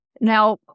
Now